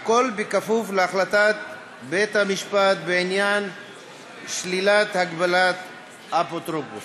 הכול כפוף להחלטת בית-המשפט בעניין שלילת הגבלת האפוטרופסות.